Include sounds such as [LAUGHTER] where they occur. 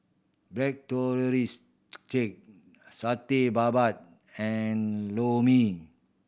black [UNINTELLIGIBLE] cake Satay Babat and Lor Mee